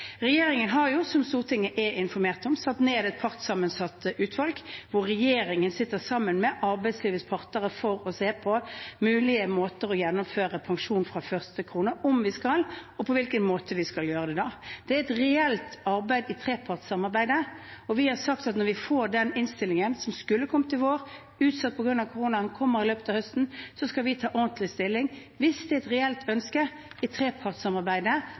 Regjeringen har, som Stortinget er informert om, satt ned et partssammensatt utvalg. Regjeringen sitter der sammen med arbeidslivets parter for å se på mulige måter å gjennomføre pensjon fra første krone på – om vi skal, og på hvilken måte vi da skal gjøre det. Det er et reelt arbeid i trepartssamarbeidet. Vi har sagt at når vi får den innstillingen – som skulle kommet i vår, ble utsatt på grunn av koronaen og kommer i løpet av høsten – skal vi ta ordentlig stilling, hvis det er et reelt ønske i trepartssamarbeidet